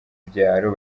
byaro